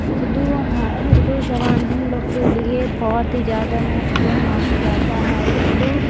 اردو اردو زبان ہم لوگ کے لیے بہت ہی زیادہ مہتوپورن مانا جاتا ہے اردو